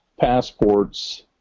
passports